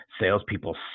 salespeople